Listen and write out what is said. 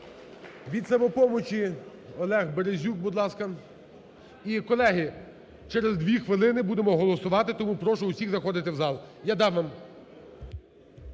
Від "Самопомочі" Олег Березюк, будь ласка. І, колеги, через дві хвилини будемо голосувати. Тому прошу всіх заходити в зал. 12:32:09